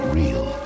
real